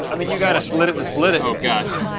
i mean you gotta slit it to split it. oh gosh.